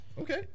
Okay